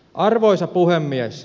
arvoisa puhemies